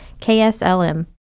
KSLM